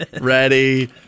Ready